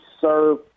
serve